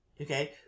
okay